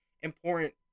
important